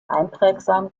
einprägsam